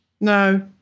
no